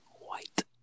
White